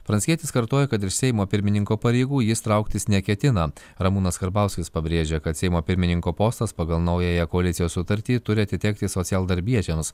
pranckietis kartoja kad iš seimo pirmininko pareigų jis trauktis neketina ramūnas karbauskis pabrėžia kad seimo pirmininko postas pagal naująją koalicijos sutartį turi atitekti socialdarbiečiams